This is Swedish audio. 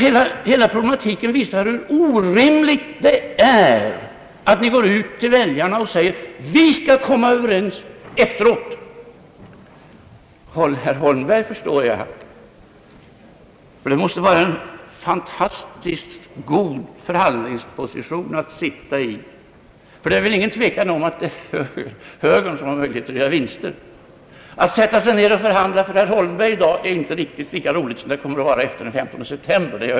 Hela problematiken visar hur orimligt det är att ni går ut till väljarna och säger: Vi skall komma överens efteråt. Herr Holmberg förstår jag därför att det måste vara en fantastiskt god förhandlingsposition för högern. Det är väl nämligen ingen tvekan om att det är högern som har möjlighet att göra vinster. Jag är övertygad om att det är inte riktigt lika roligt att i dag förhandla med herr Holmberg som det kommer att. vara efter den 15 september.